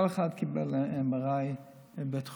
כל אחד קיבל MRI בבית חולים.